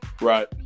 Right